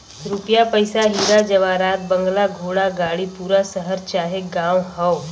रुपिया पइसा हीरा जवाहरात बंगला घोड़ा गाड़ी पूरा शहर चाहे गांव हौ